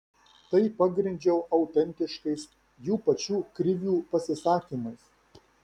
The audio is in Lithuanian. tai pagrindžiau autentiškais jų pačių krivių pasisakymais